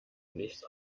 nicht